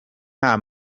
nta